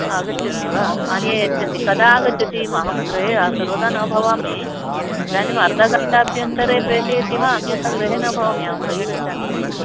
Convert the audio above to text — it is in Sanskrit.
आगच्छन्ति वा आनीय यच्छन्ति कदा आगच्छति अहं गृहे सर्वदा न भवामि इदानीम् अर्धघण्टाभ्यन्तरे प्रेषयति वा अन्यथा गृहे न भवामि अहं बहिः गच्छामि इदानीम्